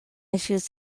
issues